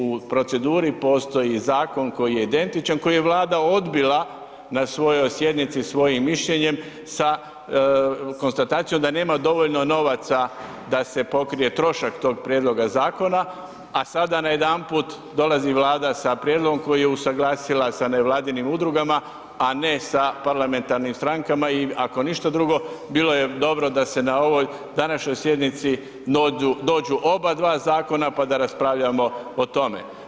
U proceduri postoji zakoni koji je identičan, koji je Vlada odbila na svojoj sjednici svojim mišljenjem sa konstatacijom da nema dovoljno novaca da se pokrije trošak tog prijedloga zakona, a sada najedanput dolazi Vlada sa prijedlogom koji je usuglasila sa nevladinim udrugama, a ne sa parlamentarnim strankama i ako ništa drugo bilo je dobro da se na ovoj današnjoj sjednici dođu, dođu obadva zakona, pa da raspravljamo o tome.